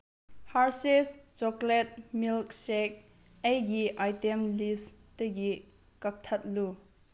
Hershey's chocolate milk shake ꯑꯩꯒꯤ item ꯂꯤꯁꯇꯒꯤ ꯀꯛꯊꯠꯂꯨ